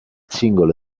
singolo